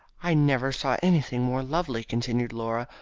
i never saw anything more lovely, continued laura,